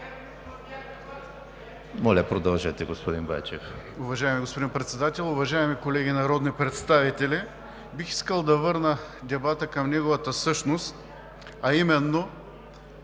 Моля, продължете, господин Байчев.